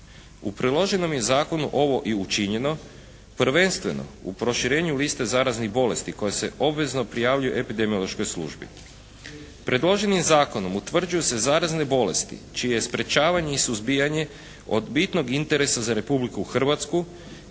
U priloženom je zakonu ovo i učinjeno prvenstveno u proširenju liste zaraznih bolesti koja se obvezno prijavljuje epidemiološkoj službi. Predloženim zakonom utvrđuju se zarazne bolesti čije je sprječavanje i suzbijanje od bitnog interesa za Republiku Hrvatsku